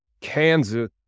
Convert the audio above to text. Kansas